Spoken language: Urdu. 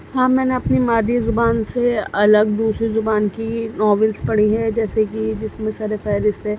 ہاں میں نے اپنی مادری زبان سے الگ دوسری زبان کی ناولس پڑھی ہیں جیسے کہ جس میں سر فہرست ہے